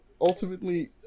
ultimately